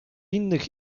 innych